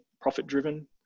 profit-driven